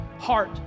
heart